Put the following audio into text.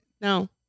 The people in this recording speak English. No